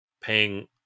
paying